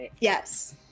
Yes